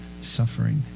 suffering